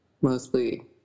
mostly